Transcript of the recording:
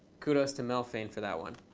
kudos to melfein for that one.